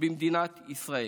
במדינת ישראל.